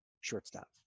shortstop